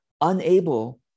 unable